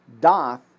doth